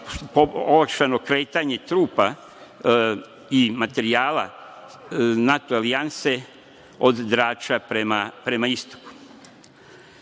olakšano kretanje trupa i materijala NATO alijanse od Drača prema istoku. Dakle,